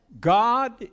God